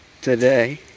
today